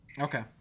Okay